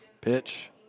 Pitch